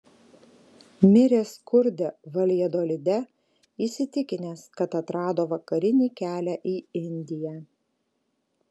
mirė skurde valjadolide įsitikinęs kad atrado vakarinį kelią į indiją